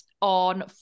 on